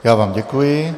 Já vám děkuji.